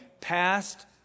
past